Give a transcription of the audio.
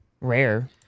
rare